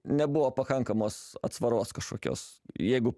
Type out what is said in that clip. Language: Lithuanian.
nebuvo pakankamos atsvaros kažkokios jeigu